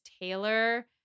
Taylor